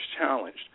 challenged